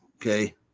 Okay